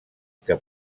que